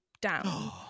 down